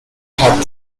had